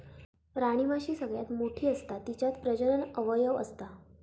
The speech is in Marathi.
राणीमाशी सगळ्यात मोठी असता तिच्यात प्रजनन अवयव असता